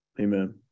Amen